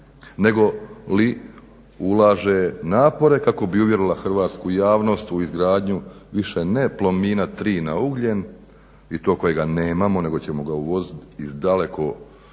negoli ulaže napore kako bi uvjerila hrvatsku javnost u izgradnju više ne Plomina 3 na ugljen i to kojega nemamo nego ćemo ga uvoziti iz